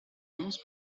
immense